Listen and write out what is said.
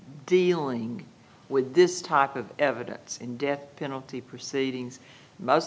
dealing with this type of evidence in death penalty proceedings most